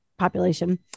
population